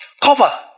Cover